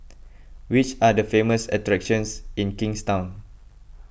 which are the famous attractions in Kingstown